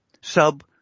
sub